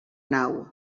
nau